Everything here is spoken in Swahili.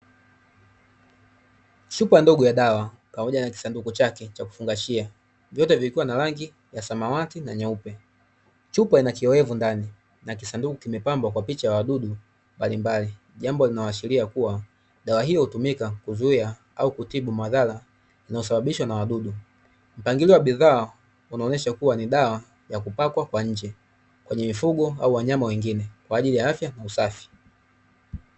Chupa ndogo ya dawa pamoja na kisanduku chake cha kufungashia, vyote vikiwa na rangi yake ya samawati na nyeupe. Chupa ina kioweavu ndani na kisanduku kimepambwa kwa picha ya wadudu mbalimbali, jambo linaloashiria kuwa dawa hiyo hutumika kuzuia au kutibu madhara yanayosababishwa na wadudu. Mpangilio wa bidhaa unaonyesha kuwa ni dawa ya kupakwa kwa nje kwenye mifugo au wanyama wengine, kwa ajili ya afya na usafi.